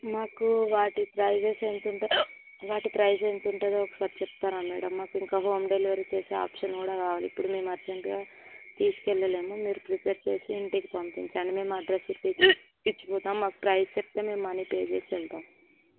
మాకు వాటి ప్రైసెస్ ఎంత ఉంట వాటి ప్రైస్ ఎంత ఉంటుందో ఒకసారి చెప్తారా మేడం మాకు ఇంకా హోమ్ డెలివరీ చేసే ఆప్షన్ కూడా కావాలి ఇప్పుడు మేము అర్జెంట్గా తీసుకు వెళ్ళలేము మీరు ప్రిపేర్ చేసి ఇంటికి పంపించండి మేము అడ్రస్ ఇచ్చి ఇచ్చి వెళ్తాము మాకు ప్రైస్ చెప్తే మేము మనీ పే చేసి వెళ్తాము